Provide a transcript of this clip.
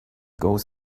goes